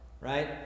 right